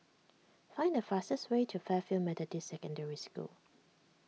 find the fastest way to Fairfield Methodist Secondary School